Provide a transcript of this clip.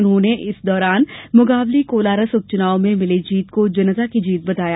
उन्होंने इस दौरान मुंगावली उपचुनाव में मिली जीत को जनता की जीत बताया